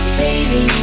baby